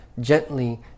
gently